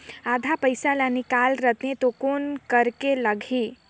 आधा पइसा ला निकाल रतें तो कौन करेके लगही?